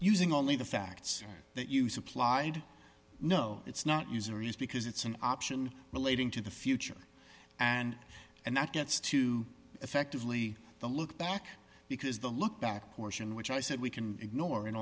using only the facts that you supplied no it's not user is because it's an option relating to the future and and that gets to effectively the look back because the look back portion which i said we can ignore